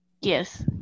Yes